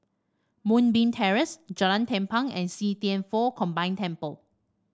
Moonbeam Terrace Jalan Tampang and See Thian Foh Combined Temple